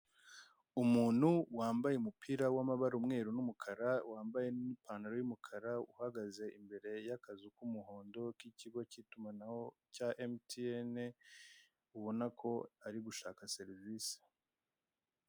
Umuntu wambaye umupira w'amabara umweru n'umukara, wambaye n'ipantaro y'umukara, uhagaze imbere y'akazu k'umuhondo k'ikigo cy'itumanaho cya emutiyene, ubona ko ari gushaka serivise.